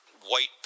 white